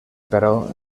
però